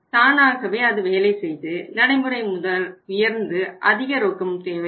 தானாகவே அது வேலை செய்து நடைமுறை முதல் உயர்ந்து அதிக ரொக்கமும் தேவைப்படும்